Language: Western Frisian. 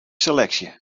seleksje